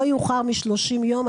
לא יאוחר מ-30 יום.